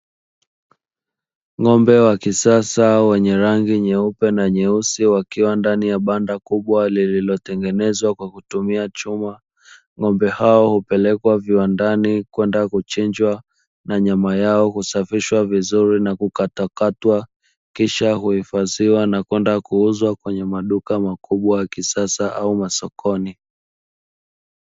Ng'ombe wa kisasa wenye rangi nyeupe na nyeusi wakiwa katika banda kubwa lililotengenezwa kwa kutumia chuma, ng'ombe hao hupelekwa viwandani wkenda kuchinjwa na nyama yao husafishwa vizuri na kukatwakatwa kisha huhifadhiwa na kwenda kuuzwa kwenye maduka makubwa ya kisasa au masokoni.